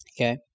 okay